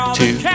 two